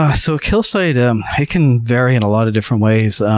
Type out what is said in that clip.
a so kill site, um it can vary in a lot of different ways.